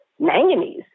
manganese